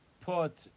put